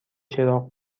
چراغ